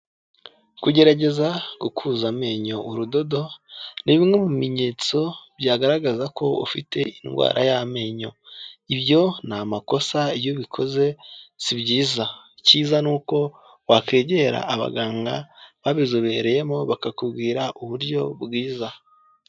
Kugeragezakuza amenyo urudodo nimwe mu bimenyetso byagaragaza ko ufite indwara y'amenyo. Ibyo ni amakosa iyo ubikoze si byiza, icyiza ni uko wakwegera abaganga babizobereyemo bakakubwira uburyo bwiza.